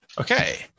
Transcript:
Okay